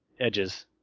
edges